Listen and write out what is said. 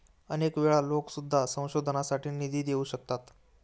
अनेक वेळा लोकं सुद्धा संशोधनासाठी निधी देऊ शकतात